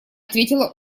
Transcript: ответила